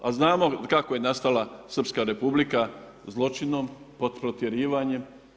A znamo kako je nastala Srpska Republika, zločinom, pod protjerivanjem.